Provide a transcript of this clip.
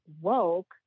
Woke